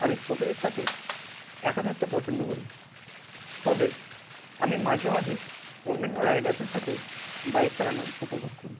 আমি প্রকৃতির সাথে একা থাকতে পছন্দ করি তবে আমি মাঝে মাঝে অন্যান্য রাইডারদের সাথেও বাইক চালানো উপভোগ করি